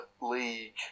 League